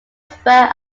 spur